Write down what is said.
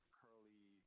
curly